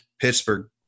Pittsburgh